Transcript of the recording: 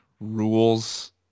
rules